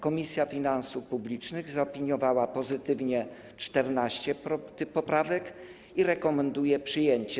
Komisja Finansów Publicznych zaopiniowała pozytywnie 14 poprawek i rekomenduje ich przyjęcie.